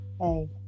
hey